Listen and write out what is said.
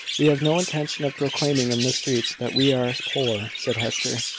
we have no intention of proclaiming in the streets that we are poor, said hester.